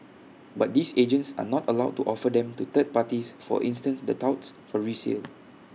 but these agents are not allowed to offer them to third parties for instance the touts for resale